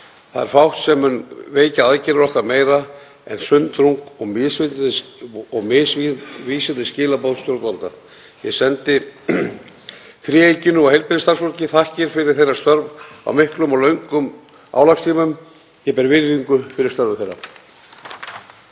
Það er fátt sem mun veikja aðgerðir okkar meira en sundrung og misvísandi skilaboð stjórnvalda. Ég sendi þríeykinu og heilbrigðisstarfsfólki þakkir fyrir þeirra störf á miklum og löngum álagstímum. Ég ber virðingu fyrir störfum þeirra.